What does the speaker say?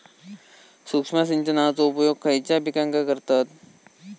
सूक्ष्म सिंचनाचो उपयोग खयच्या पिकांका करतत?